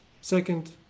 Second